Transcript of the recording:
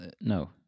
No